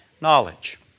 knowledge